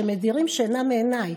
שמדירים שינה מעיניי.